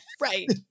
Right